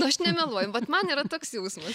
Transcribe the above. nu aš nemeluoju vat man yra toks jausmas